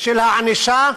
של הענישה